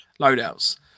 loadouts